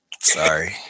Sorry